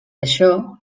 això